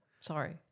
Sorry